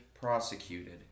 prosecuted